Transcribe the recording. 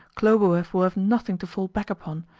khlobuev will have nothing to fall back upon,